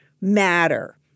matter